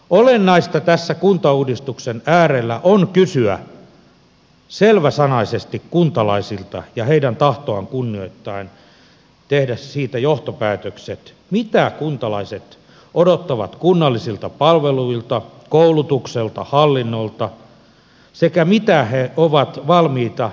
olennaista tässä kuntauudistuksen äärellä on kysyä selväsanaisesti kuntalaisilta ja heidän tahtoaan kunnioittaen tehdä siitä johtopäätökset mitä kuntalaiset odottavat kunnallisilta palveluilta koulutukselta hallinnolta sekä mitä he ovat valmiita niistä maksamaan